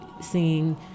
seeing